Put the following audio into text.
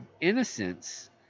innocence